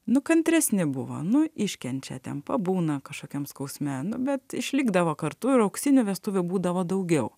nu kantresni buvo nu iškenčia ten pabūna kažkokiam skausme nu bet išlikdavo kartu ir auksinių vestuvių būdavo daugiau